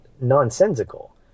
nonsensical